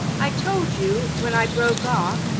i told you, when i broke off,